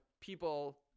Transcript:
people